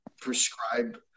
prescribe